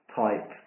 type